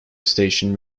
station